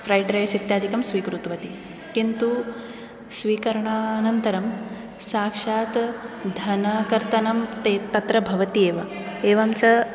fried rice इत्यादिकं स्वीकृतवती किन्तु स्वीकरणानन्तरं साक्षात् धनकर्तनं ते तत्र भवत्येव एवञ्च